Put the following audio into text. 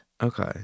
Okay